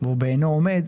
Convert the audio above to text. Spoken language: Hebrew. והוא בעינו עומד,